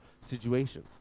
situation